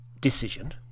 decision